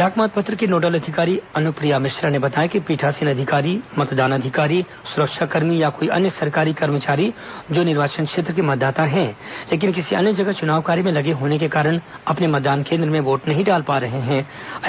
डाक मतपत्र की नोडल अधिकारी अनुप्रिया मिश्रा ने बताया कि पीठासीन अधिकारी मतदान अधिकारी सुरक्षाकर्मी या अन्य कोई सरकारी कर्मचारी जो निर्वाचन क्षेत्र के मतदाता हैं लेकिन किसी अन्य जगह चुनाव कार्य में लगे होने के कारण अपने मतदान केंद्र में वोट नहीं डाल पा रहे हैं